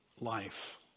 life